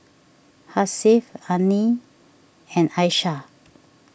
Hasif Adi and Aishah